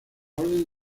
orden